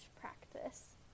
practice